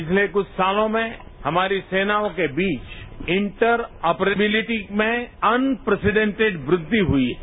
पिछले कुछ सालों में हमारी सेनाओं के बीच इंटर अप्रैबिलीटी में अनप्रेसिडॅटिड वृद्धि हुई है